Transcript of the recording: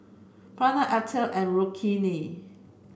Pranav Atal and Rukmini